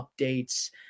updates